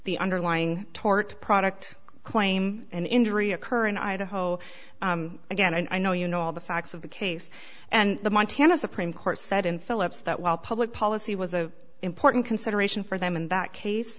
the underlying tort product claim an injury occur in idaho again i know you know all the facts of the case and the montana supreme court said in phillips that while public policy was a important consideration for them in that case